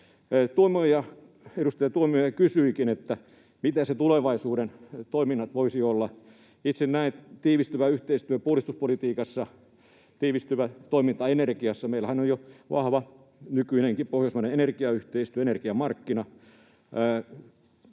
Edustaja Tuomioja kysyikin, mitä ne tulevaisuuden toiminnat voisivat olla. Itse näen tiivistyvän yhteistyön puolustuspolitiikassa, tiivistyvää toimintaa energiassa. Meillähän on jo vahva, nykyinenkin pohjoismainen energiayhteistyö, energiamarkkina.